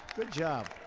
good job.